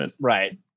Right